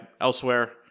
elsewhere